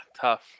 tough